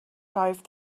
drive